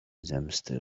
zemsty